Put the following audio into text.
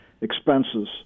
expenses